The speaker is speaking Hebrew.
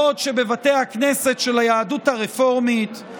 בעוד שבבתי הכנסת של היהדות הרפורמית,